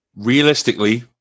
Realistically